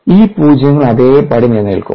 ഈ പൂജ്യങ്ങൾ അതേപടി നിലനിൽക്കും